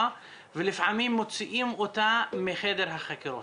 ולפעמים מוציאים אותה מחדר החקירות,